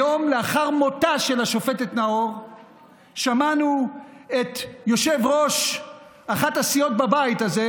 היום לאחר מותה של השופטת נאור שמענו את יושב-ראש אחת הסיעות בבית הזה,